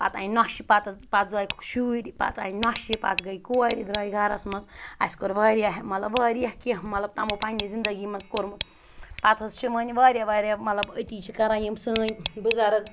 پَتہٕ اَنہِ نۄشہِ پتہٕ زایَکھ شُرۍ پتہٕ آے نۄشہِ پَتہٕ درٛاے کورِ درٛاے گَرَس منٛز اسہِ کوٚر واریاہ مَطلَب واریاہ کینٛہہ مَطلَب تمو پَننہِ زِندگی منٛز کورمُت پَتہٕ حظ چھِ وۄنۍ مَطلَب واریاہ واریاہ مَطلَب أتی چھِ کَران یِم سٲنۍ بٕزَرٕگ